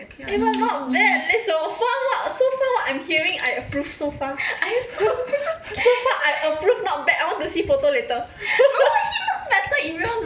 eh but not bad leh so far wha~ so far what I'm hearing I approve so far so far I approve not bad I want to see photo later